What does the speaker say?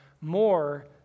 more